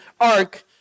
ark